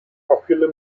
popular